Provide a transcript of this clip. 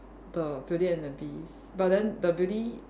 the beauty and the beast but then the beauty